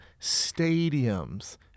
stadiums